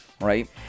Right